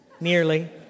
nearly